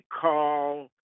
call